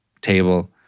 table